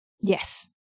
Yes